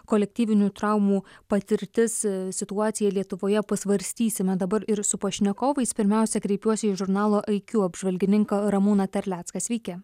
kolektyvinių traumų patirtis situacija lietuvoje pasvarstysime dabar ir su pašnekovais pirmiausia kreipiuosi į žurnalo iq apžvalgininkas ramūną terlecką sveiki